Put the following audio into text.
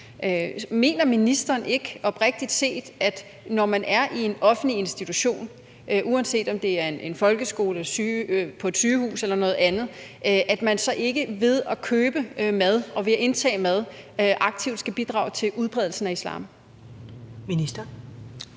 Mener ministeren oprigtig talt ikke, at når man er i en offentlig institution, uanset om det er i en folkeskole, på et sygehus eller et andet sted, så skal man ikke ved at købe mad eller ved at indtage mad aktivt bidrage til udbredelsen af islam? Kl.